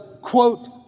quote